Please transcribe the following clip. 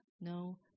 no